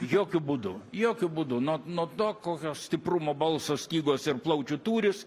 jokiu būdu jokiu būdu nuo nuo to kokio stiprumo balso stygos ir plaučių tūris